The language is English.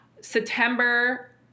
September